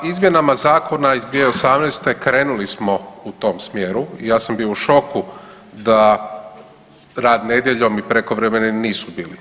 Pa izmjenama zakona iz 2018. krenuli smo u tom smjeru i ja sam bio u šoku da rad nedjeljom i prekovremeni nisu bili.